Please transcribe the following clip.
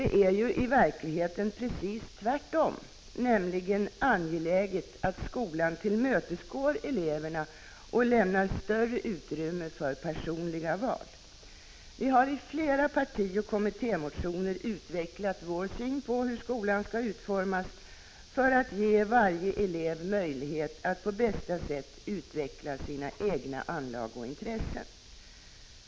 Det är ju i verkligheten precis tvärtom; det är angeläget att skolan tillmötesgår eleverna och lämnar större utrymme för personliga val. Vi har i flera partioch kommittémotioner utvecklat vår syn på hur skolan skall utformas för att ge varje elev möjlighet att på bästa sätt utveckla sina egna anlag och intressen.